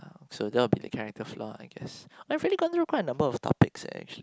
so that will be the character flaw I guess [wah] we really have quite a number of topics eh actually